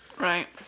Right